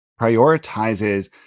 prioritizes